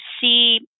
see